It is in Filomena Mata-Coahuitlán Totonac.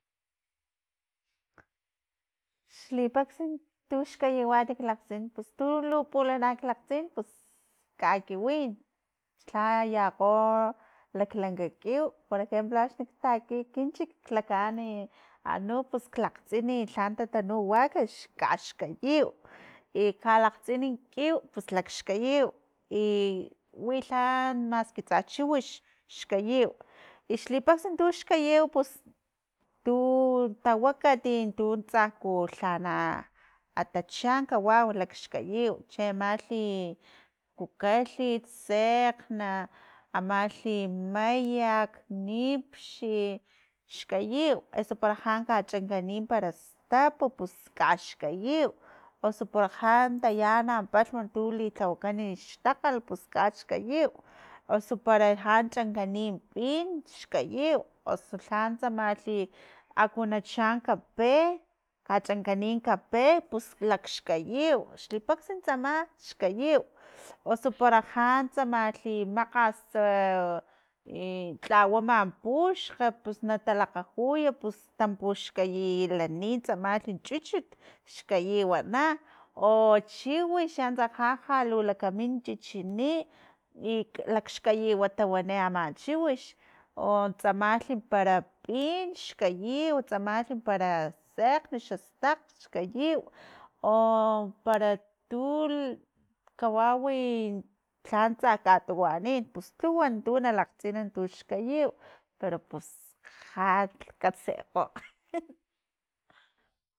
Xli paksan tuxkayiwat klakgtin pus tu lu pulana klakgtsin pus kakiwin lha yakgo laklanka kiw por ejemplo akxnik taki kinchik klakaan anu pus klakgtsin anu lha tatanu wakax kaxkayiw y ka lakgtsin kiw pus lakxkayin i wi lha maski tsa chiwix xkayiw i xlipax tu xkayiw pus tu tawaka tu tsa lha lhana atacha kawaw lakxkayiw chialhi kukalhit sekgna amalhi mayak nipxi xkayiw osu para ja kachankani para stapu pus kaxkayiw osu para jan tayana palhm tu lilhawakan xtakgal pus kaxkayiw oso para ja chankani pin xkayiw uso lha tsamalhi aku nachan kape ka chankani kape pus lakxkayiw xlipaxan tsama xkayiw uso para jan tsamalhi makgas i tlawama puxkg pus na talakgajuy pus tampuxkayi lani tsamalhi chuchut xkayiwana o chiwix antsa ja ja lu lakamin chichini i lakxkayiwa tawani ama chiwix, o tsamali para pin xkayiw tsamalhi para sekgni xastakg, xkayiw, o para tu kawawi lhan tsa katuwanin, pus lhuwa tu na lakgtsin tu xkayiw pero pus ja katsekgo